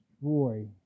destroy